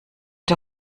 der